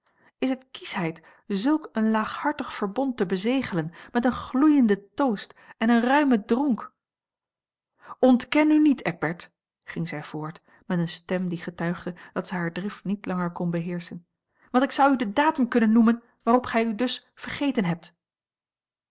is het kieschheid zulk een laaghartig verbond te bezegelen met een gloeienden toost en een ruimen dronk ontken nu niet eckbert ging zij voort met eene stem die getuigde dat zij hare drift niet langer kon beheerschen want ik zou u den datum kunnen noemen waarop gij u dus vergeten hebt